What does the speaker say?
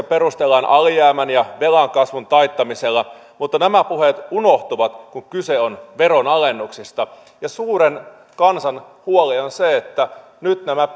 perustellaan alijäämän ja velan kasvun taittamisella mutta nämä puheet unohtuvat kun kyse on veronalennuksista suuren kansan huoli on se että nyt nämä